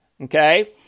Okay